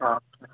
हा